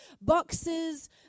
boxes